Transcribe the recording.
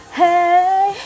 hey